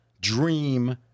dream